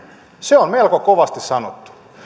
se on melko kovasti sanottu